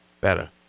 Better